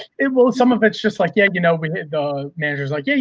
it will, some of it's just like, yeah, you know, we hit the manager's like, yeah, you